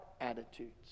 attitudes